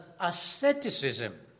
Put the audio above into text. asceticism